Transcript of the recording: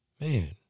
man